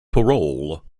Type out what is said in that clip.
parole